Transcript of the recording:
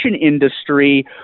industry